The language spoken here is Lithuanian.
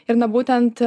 ir na būtent